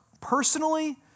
personally